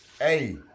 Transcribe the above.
hey